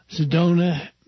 Sedona